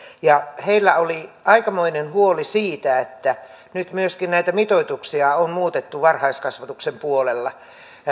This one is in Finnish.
ja heillä oli aikamoinen huoli siitä että nyt myöskin näitä mitoituksia on muutettu varhaiskasvatuksen puolella